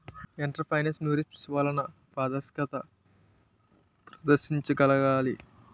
entrepreneurship వలన పారదర్శకత ప్రదర్శించగలగాలి